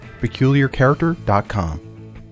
PeculiarCharacter.com